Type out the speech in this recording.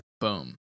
Boom